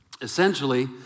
essentially